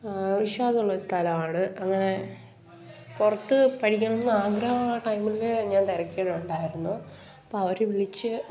വിശ്വാസമുള്ള ഒരു സ്ഥലമാണ് അങ്ങനെ പുറത്ത് പഠിക്കണംന്ന് ആഗ്രഹമുള്ള ടൈമിൽ ഞാൻ തിരക്കിയിട്ടുണ്ടായിരുന്നു അപ്പം അവർ വിളിച്ച്